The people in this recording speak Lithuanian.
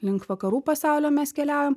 link vakarų pasaulio mes keliaujam